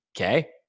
Okay